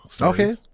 Okay